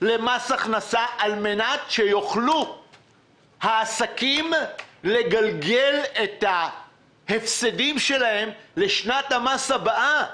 למס הכנסה כדי שהעסקים יוכלו לגלגל את ההפסדים שלהם לשנת המס הבאה.